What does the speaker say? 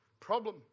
Problem